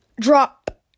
drop